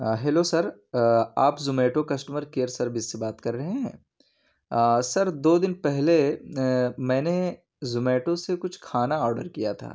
hello sir آپ Zomato customer care service سے بات کر رہے ہیں سر دو دن پہلے میں نے زومیٹو سے کچھ کھانا آڈر کیا تھا